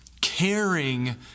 caring